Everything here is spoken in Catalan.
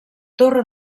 torre